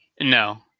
No